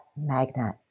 magnet